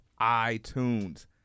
iTunes